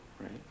right